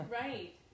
Right